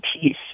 peace